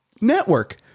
Network